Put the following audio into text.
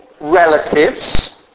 relatives